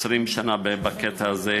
בכל אופן, 20 שנה, 20 שנה בקטע הזה,